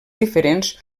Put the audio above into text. diferents